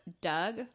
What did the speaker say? Doug